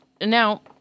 now